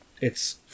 it's-